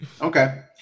okay